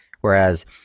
Whereas